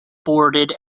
boarded